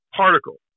particle